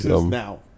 now